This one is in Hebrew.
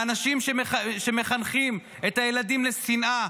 לאנשים שמחנכים את הילדים לשנאה,